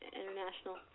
international